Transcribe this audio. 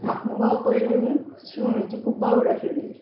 म्हाका मुगो पयलीं शिंवणीची खुब्ब आवड आशिल्ली